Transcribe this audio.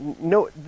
no